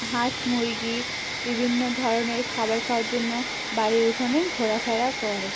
হাঁস মুরগি বিভিন্ন ধরনের খাবার খাওয়ার জন্য বাড়ির উঠোনে ঘোরাফেরা করে